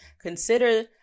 consider